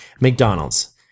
McDonald's